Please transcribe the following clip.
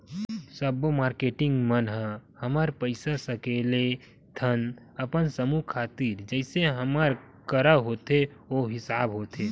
सब्बो मारकेटिंग मन ह हमन पइसा सकेलथन अपन समूह खातिर जइसे हमर करा होथे ओ हिसाब होथे